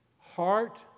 Heart